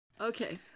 Okay